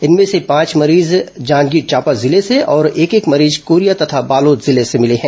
इनमें से पांच मरीज जांजगीर चांपा जिले से और एक एक मरीज कोरिया तथा बालोद से मिले हैं